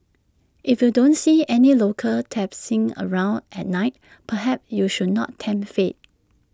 if you don't see any locals traipsing around at night perhaps you should not tempt fate